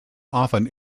often